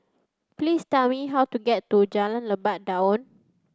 please tell me how to get to Jalan Lebat Daun